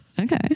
okay